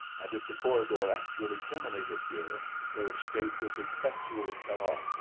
and if the corridor actually terminated here, their escape was effectually cut off,